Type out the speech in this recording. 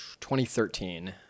2013